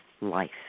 life